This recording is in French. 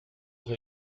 vous